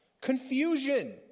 confusion